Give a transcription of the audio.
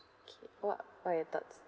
okay what what your thoughts